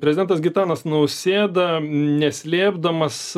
prezidentas gitanas nausėda neslėpdamas